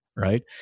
Right